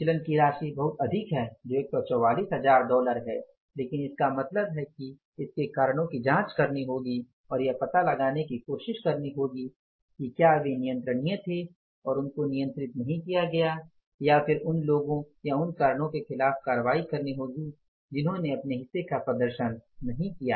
विचलन की राशि बहुत अधिक है जो 144000 है लेकिन इसका मतलब है कि इसके कारणों की जांच करनी होगी और यह पता लगाने की कोशिश करनी होगी कि वे नियंत्रनीय थे और उनको नियंत्रित नही किया गया और फिर उन लोगों या उन कारणों के खिलाफ कार्रवाई करनी होगी जिसने अपने हिस्से का प्रदर्शन नहीं किया